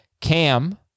Cam